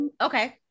okay